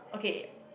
okay